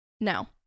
Now